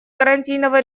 гарантийного